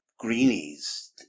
greenies